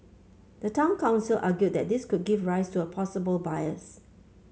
the town council argued that this could give rise to a possible bias